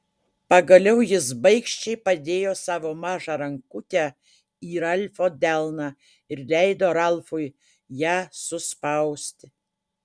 pagaliau jis baikščiai padėjo savo mažą rankutę į ralfo delną ir leido ralfui ją suspausti